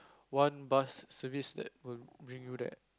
one bus service that will bring you there